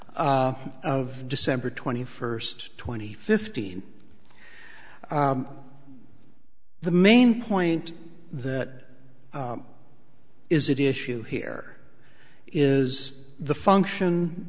of december twenty first twenty fifteen the main point that is it issue here is the function